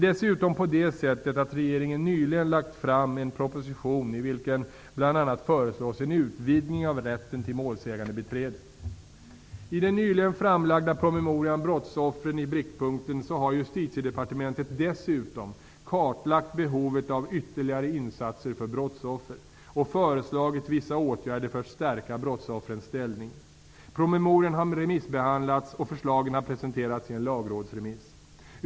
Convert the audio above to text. Dessutom har regeringen nyligen lagt fram en proposition i vilken bl.a. föreslås en utvidgning av rätten till målsägandebiträde. I den nyligen framlagda promemorian Brottsoffren i blickpunkten har Justitiedepartementet dessutom kartlagt behovet av ytterligare insatser för brottsoffer och föreslagit vissa åtgärder för att stärka brottsoffrens ställning. Promemorian har remissbehandlats, och förslagen har presenterats i en lagrådsremiss.